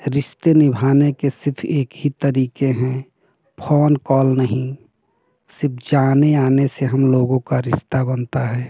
रिश्ते निभाने के सिर्फ एक ही तरीके हैं फोन कॉल नहीं सिर्फ जाने आने से हम लोगों का रिश्ता बनता है